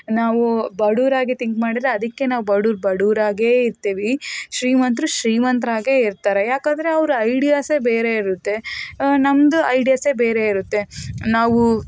ನಾವು ಬಡವ್ರಾಗಿ ಥಿಂಕ್ ಮಾಡಿದ್ರೆ ಅದಕ್ಕೆ ನಾವು ಬಡವ್ರು ಬಡವ್ರಾಗೇ ಇರ್ತೀವಿ ಶ್ರೀಮಂತರ ಶ್ರೀಮಂತರಾಗೇ ಇರ್ತಾರೆ ಯಾಕೆಂದ್ರೆ ಅವರು ಐಡಿಯಾಸೇ ಬೇರೆ ಇರುತ್ತೆ ನಮ್ದು ಐಡಿಯಾಸೇ ಬೇರೆ ಇರುತ್ತೆ ನಾವು